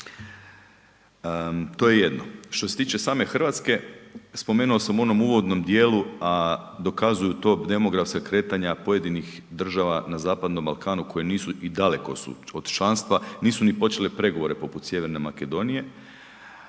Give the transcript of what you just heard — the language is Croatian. To je jedno. Što se tiče same Hrvatske spomenuo sam u onom uvodnom dijelu, a dokazuju to demografska kretanja pojedinih država na Zapadnom Balkanu i daleko su od članstva nisu ni počele pregovore poput Sjeverne Makedonije.